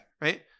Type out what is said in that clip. right